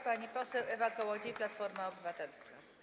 Pani poseł Ewa Kołodziej, Platforma Obywatelska.